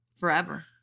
forever